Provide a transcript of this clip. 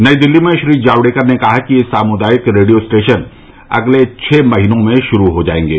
नई दिल्ली में श्री जावड़ेकर ने कहा कि यह सामुदायिक रेडियो स्टेशन अगले छह महीनों में शुरू हो जायेंगे